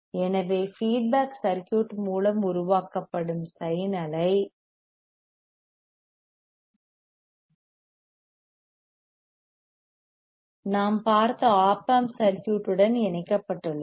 எனவே feedback circuit மூலம் உருவாக்கப்படும் சைன் அலை நாம் பார்த்த ஒப் ஆம்ப் சர்க்யூட் உடன் இணைக்கப்பட்டுள்ளது